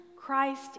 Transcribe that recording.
Christ